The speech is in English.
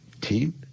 team